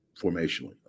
formationally